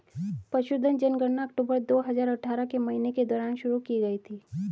पशुधन जनगणना अक्टूबर दो हजार अठारह के महीने के दौरान शुरू की गई थी